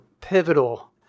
pivotal